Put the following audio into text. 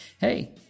hey